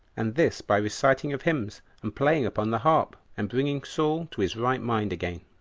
and this by reciting of hymns, and playing upon the harp, and bringing saul to his right mind again.